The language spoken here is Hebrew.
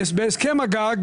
בהסכם הגג